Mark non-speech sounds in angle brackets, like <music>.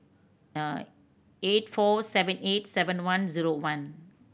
<hesitation> eight four seven eight seven one zero one